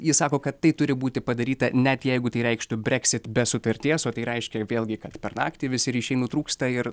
jis sako kad tai turi būti padaryta net jeigu tai reikštų breksit be sutarties o tai reiškia vėlgi kad per naktį visi ryšiai nutrūksta ir